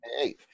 Hey